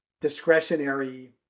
discretionary